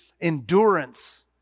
endurance